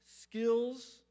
skills